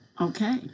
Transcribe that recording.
Okay